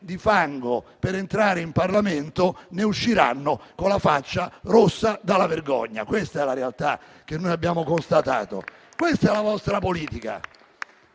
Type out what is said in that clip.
di fango per entrare in Parlamento e ne usciranno con la faccia rossa dalla vergogna. Questa è la realtà che noi abbiamo constatato. Questa è la vostra politica.